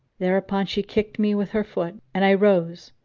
thereupon she kicked me with her foot and i rose,